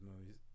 movies